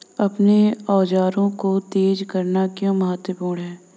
अपने औजारों को तेज करना क्यों महत्वपूर्ण है?